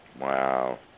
Wow